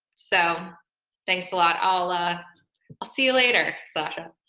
so thanks a lot. i'll ah i'll see you later, sasha.